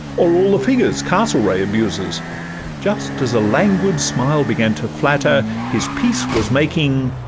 or all the figures castlereagh abuses just as a languid smile began to flatter his peace was making,